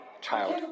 child